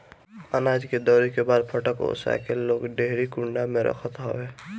अनाज के दवरी के बाद फटक ओसा के लोग डेहरी कुंडा में रखत हवे